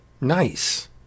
Nice